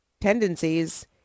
tendencies